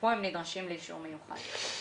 וכאן הם נדרשים לאישור מיוחד.